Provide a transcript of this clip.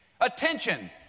Attention